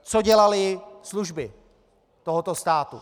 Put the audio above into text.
Co dělaly služby tohoto státu?